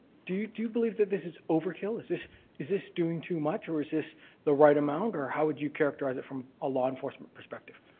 do do you believe that this is overkill, is this is this doing too much or is this the right amount or how would you characterize it from a law enforcement perspective?